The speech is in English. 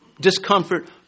discomfort